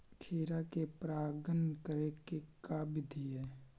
खिरा मे परागण करे के का बिधि है?